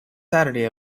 saturday